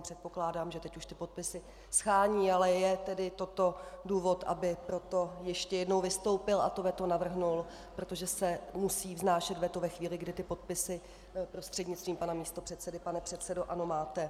Předpokládám, že teď už ty podpisy shání, ale je tedy toto důvod, aby proto ještě jednou vystoupil a to veto navrhl, protože se musí vznášet veto ve chvíli, kdy podpisy, prostřednictvím pana místopředsedy pane předsedo ANO, máte.